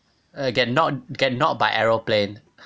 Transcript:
get knocked get knocked by aeroplane